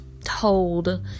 told